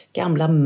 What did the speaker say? gamla